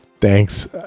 Thanks